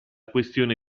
questione